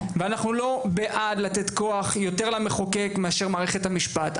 אנחנו לא בעד לתת למחוקק יותר כוח מאשר למערכת המשפט.